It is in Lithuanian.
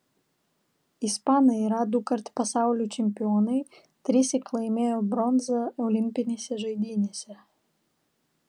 ispanai yra dukart pasaulio čempionai trissyk laimėjo bronzą olimpinėse žaidynėse